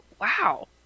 wow